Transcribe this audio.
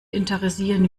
interessieren